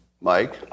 Mike